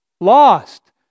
lost